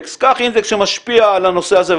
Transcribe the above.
קח אינדקס שמשפיע על הנושא הזה,